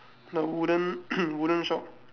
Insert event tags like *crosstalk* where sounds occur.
the wooden *coughs* wooden shop